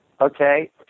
Okay